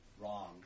Wrong